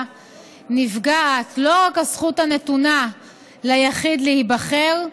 נפגעת לא רק הזכות הנתונה ליחיד להיבחר,